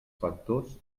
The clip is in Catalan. factors